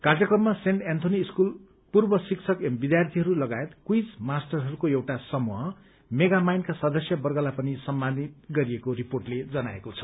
कार्यक्रममा Saint Anthony स्कूलका पूर्व शिक्षक एवं विद्यार्थीहरू लगायत क्विज मास्टरहरूको एउटा समूह मेघामाइण्डका सदस्यवर्गलाई पनि सम्मानित गरिएको रिपोर्टले जनाएको छ